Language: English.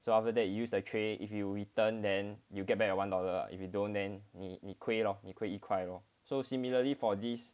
so after that you use the tray if you return then you'll get back your one dollar if you don't then 你你亏了你可以一块 lor so similarly for this